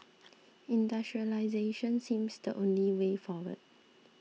industrialisation seems the only way forward